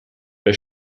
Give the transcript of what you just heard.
wer